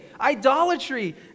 Idolatry